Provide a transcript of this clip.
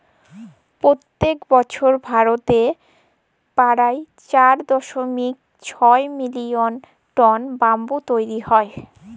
পইত্তেক বসর ভারতেল্লে পারায় চার দশমিক ছয় মিলিয়ল টল ব্যাম্বু তৈরি হ্যয়